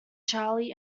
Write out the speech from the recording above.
charlie